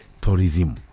tourism